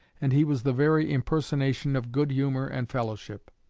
and he was the very impersonation of good humor and fellowship.